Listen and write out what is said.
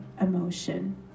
emotion